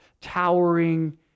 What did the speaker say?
towering